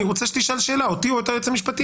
אני רוצה שתשאל שאלה אותי או את היועץ המשפטי,